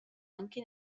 anche